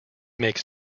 makes